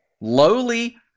lowly